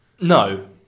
No